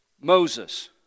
Moses